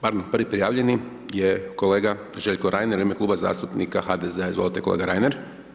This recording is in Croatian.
Prvi prijavljeni je kolega Željko Reiner u ime Kluba zastupnika HDZ-a, izvolite kolega Reiner.